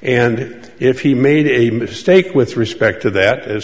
and if he made a mistake with respect to that as